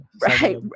right